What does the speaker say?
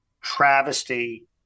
travesty